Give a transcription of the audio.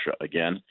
again